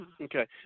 Okay